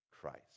Christ